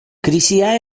krisia